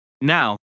Now